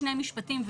שני משפטים,